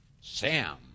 Sam